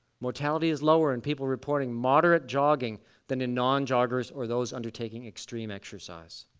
mortality is lower in people reporting moderate jogging than in non-joggers or those undertaking extreme exercise.